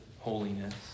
holiness